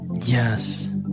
Yes